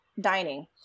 dining